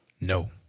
No